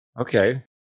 Okay